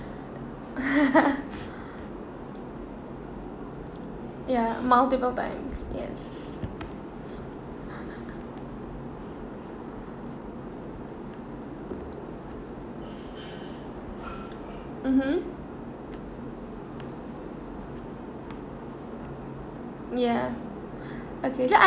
ya multiple times yes mmhmm ya okay then I